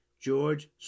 George